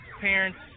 parents